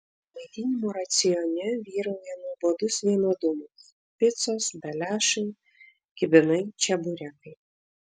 maitinimo racione vyrauja nuobodus vienodumas picos beliašai kibinai čeburekai